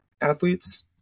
athletes